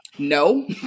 No